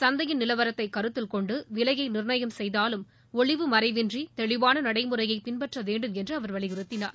சந்தையின் நிலவரத்தை கருத்தில் கொண்டு விலையை நிர்ணயம் செய்தாலும் ஒளிவு மறைவின்றி தெளிவான நடைமுறையை பின்பற்ற வேண்டும் என்று அவர் வலியுறுத்தினார்